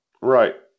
Right